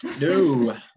No